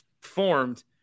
formed